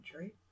right